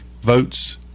votes